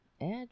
Add